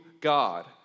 God